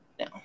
No